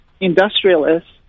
industrialists